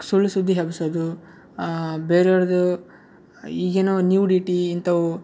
ಸುಳ್ಳು ಸುದ್ದಿ ಹಬ್ಬಿಸೋದು ಬೇರೆ ಅವ್ರದ್ದು ಈಗಿನ ನ್ಯೂಡಿಟಿ ಇಂಥವು